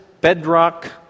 bedrock